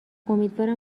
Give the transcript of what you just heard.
امیدوارم